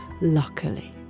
luckily